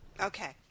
Okay